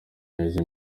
neza